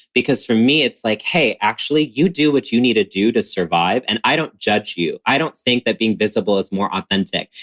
because for me, it's like, hey, actually, you do what you need to do to survive. and i don't judge you. i don't think that being visible is more authentic.